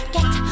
Get